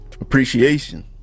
appreciation